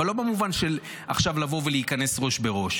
אבל לא במובן של עכשיו לבוא ולהיכנס ראש בראש.